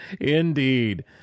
Indeed